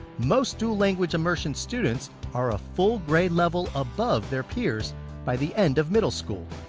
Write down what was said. most dual language immersion students are a full grade level above their peers by the end of middle school.